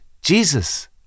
Jesus